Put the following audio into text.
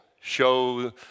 show